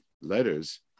letters